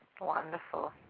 Wonderful